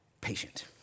patient